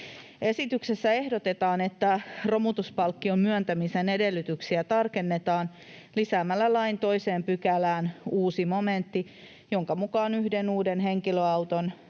Esityksessä ehdotetaan, että romutuspalkkion myöntämisen edellytyksiä tarkennetaan lisäämällä lain 2 §:ään uusi momentti, jonka mukaan yhden uuden henkilöauton,